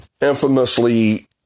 infamously